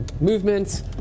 movements